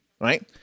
Right